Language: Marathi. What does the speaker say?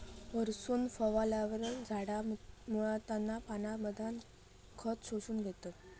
वरसून फवारल्यार झाडा मुळांतना पानांमधना खत शोषून घेतत